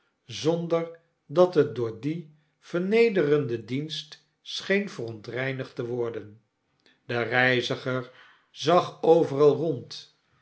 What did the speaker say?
zonder dat het door dien vernederenden dienst scheen verontreinigd te worden de reiziger zag overal rond